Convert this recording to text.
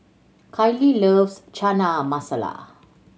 Kiley loves Chana Masala